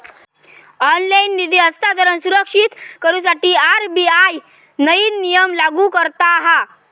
online निधी हस्तांतरण सुरक्षित करुसाठी आर.बी.आय नईन नियम लागू करता हा